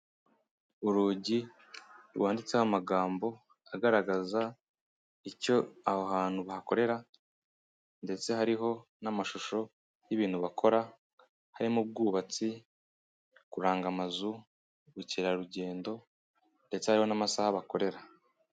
Urugi rwanditseho amagambo agaragaza icyo aho hantu bahakorera ndetse hariho n'amashusho y'ibintu bakora, harimo ubwubatsi, kuranga amazu, ubukerarugendo ndetse hariho n'amasaha bakorera.